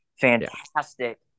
fantastic